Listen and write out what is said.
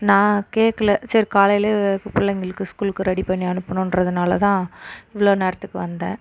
நான் கேட்கல சரி காலையிலேயே பிள்ளைங்களுக்கு ஸ்கூலுக்கு ரெடி பண்ணி அனுப்புணுன்றதனால தான் இவ்வளோ நேரத்துக்கு வந்தேன்